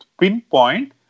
pinpoint